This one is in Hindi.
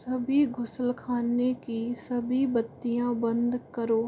सभी घुसलखाने की सभी बत्तियाँ बंद करो